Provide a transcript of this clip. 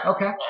Okay